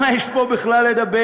מה יש פה בכלל לדבר.